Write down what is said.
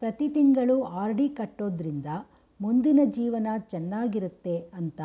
ಪ್ರತಿ ತಿಂಗಳು ಆರ್.ಡಿ ಕಟ್ಟೊಡ್ರಿಂದ ಮುಂದಿನ ಜೀವನ ಚನ್ನಾಗಿರುತ್ತೆ ಅಂತ